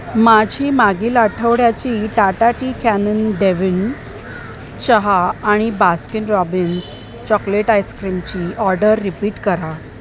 माझी मागील आठवड्याची टाटा टी कानन डेव्हिन चहा आणि बास्किन रॉबिन्स चॉकलेट आइस्क्रीमची ऑर्डर रिपीट करा